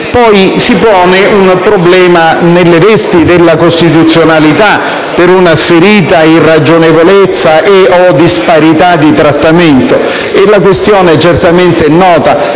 pone poi un problema nelle vesti della costituzionalità, per una asserita irragionevolezza e/o disparità di trattamento. La questione è certamente nota,